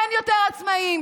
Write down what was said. אין יותר עצמאים,